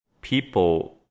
people